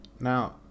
Now